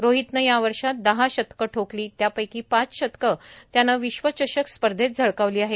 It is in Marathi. रोहितनं या वर्षात दहा शतकं ठोकली त्यापैकी पाच शतकं त्यानं विश्वचषक स्पर्धेत झळकावली आहेत